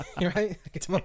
right